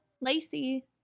Lacey